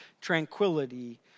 tranquility